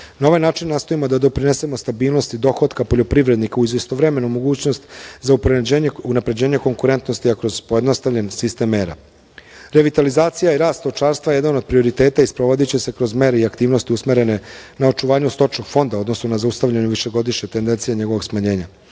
Na ovaj način nastojimo da doprinesemo stabilnosti dohotka poljoprivrednika, uz istovremenu mogućnost za unapređenje konkurentnosti, a kroz pojednostavljen sistem mera. Revitalizacija i rast stočarstva jedan je od prioriteta i sprovodiće se kroz mere i aktivnosti usmerene na očuvanje stočnog fonda, odnosno na zaustavljanju višegodišnje tendencije njegovog smanjenja. Od